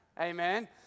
Amen